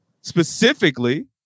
specifically